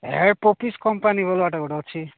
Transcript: ଏ ପୋଫିସ୍ କମ୍ପାନୀ ବାଲାଟା ଗୋଟେ ଅଛି